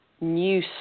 new